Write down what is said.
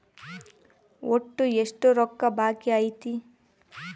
ಒಟ್ಟು ಎಷ್ಟು ರೊಕ್ಕ ಬಾಕಿ ಐತಿ?